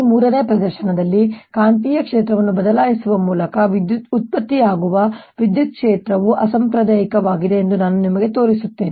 ಈ ಮೂರನೇ ಪ್ರದರ್ಶನದಲ್ಲಿ ಕಾಂತೀಯ ಕ್ಷೇತ್ರವನ್ನು ಬದಲಾಯಿಸುವ ಮೂಲಕ ಉತ್ಪತ್ತಿಯಾಗುವ ವಿದ್ಯುತ್ ಕ್ಷೇತ್ರವು ಅಸಾಂಪ್ರದಾಯಿಕವಾಗಿದೆ ಎಂದು ನಾನು ನಿಮಗೆ ತೋರಿಸುತ್ತೇನೆ